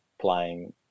playing